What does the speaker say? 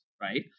right